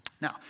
Now